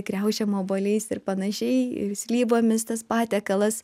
kriaušėm obuoliais ir panašiai ir slyvomis tas patiekalas